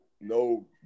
no